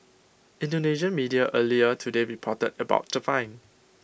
Indonesian media earlier today reported about the fine